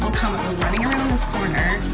come running around this corner.